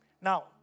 Now